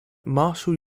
marshall